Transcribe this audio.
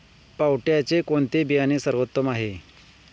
पावट्याचे कोणते बियाणे सर्वोत्तम आहे?